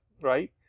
right